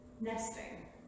nesting